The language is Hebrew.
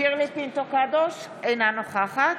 שירלי פינטו קדוש, אינה נוכחת